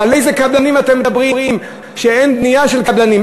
על איזה קבלנים אתם מדברים כשאין בנייה של קבלנים,